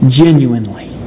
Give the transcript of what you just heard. genuinely